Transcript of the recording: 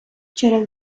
через